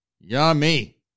Yummy